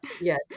Yes